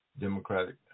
Democratic